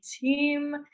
team